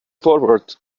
forward